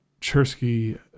Chersky